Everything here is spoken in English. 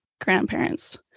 grandparents